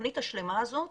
התוכנית השלמה הזו,